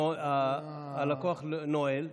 הלקוח נועל,